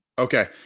Okay